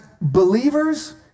believers